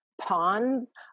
ponds